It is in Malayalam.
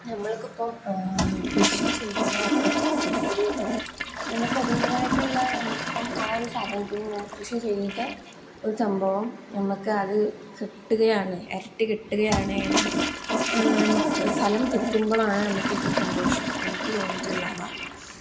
നഞമ്മൾക്കിപ്പം കൃഷി ചെയ്യുമ്പോൾ നമ്മൾ ഒരു നമുക്കതിൻ്റെതായിട്ടുള്ള നമുക്കിപ്പം ആ ഒരു സാധത്തിന് കൃഷി ചെയ്ത ഒരു സംഭവം നമുക്ക് അത് കിട്ടുകയാണ് ഇരട്ടി കിട്ടുകയാണ് എന്ന് നമുക്ക് ഫലം കിട്ടുമ്പോളാണ് നമുക്ക് ഏറ്റവും സന്തോഷം എനിക്ക് തോന്നിയിട്ടുള്ളത്